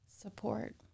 Support